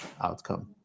outcome